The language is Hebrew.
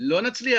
לא נצליח,